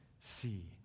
see